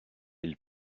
ils